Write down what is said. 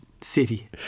City